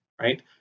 right